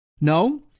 No